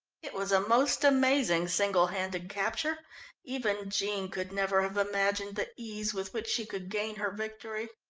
it was a most amazing single-handed capture even jean could never have imagined the ease with which she could gain her victory.